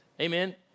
Amen